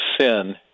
sin